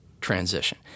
transition